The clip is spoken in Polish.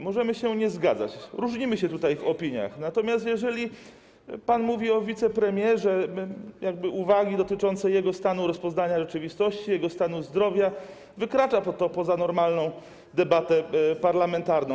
Możemy się nie zgadzać, różnimy się tutaj w opiniach, natomiast jeżeli pan mówi o wicepremierze, wygłasza uwagi dotyczące jest stanu rozpoznania rzeczywistości, jego stanu zdrowia, wykracza to poza normalną debatę parlamentarną.